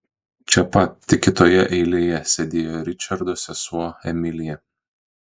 čia pat tik kitoje eilėje sėdėjo ričardo sesuo emilija